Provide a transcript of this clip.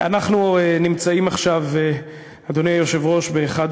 אנחנו נמצאים עכשיו, אדוני היושב-ראש, באחד